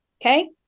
Okay